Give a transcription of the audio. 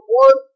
one